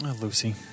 Lucy